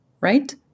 right